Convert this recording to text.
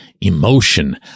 emotion